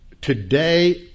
today